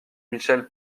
michel